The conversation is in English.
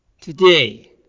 today